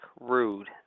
Rude